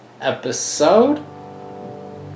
episode